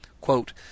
Quote